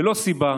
ללא סיבה,